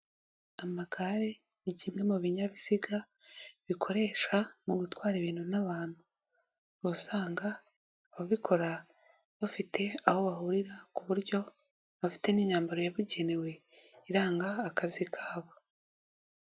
Amagare ni kimwe mu binyabiziga bikoreshwa mu gutwara ibintu n'abantu, uba usanga ababikora bafite aho bahurira ku buryo bafite n'imyambaro yabugenewe iranga akazi kabo.